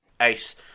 ace